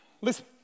Listen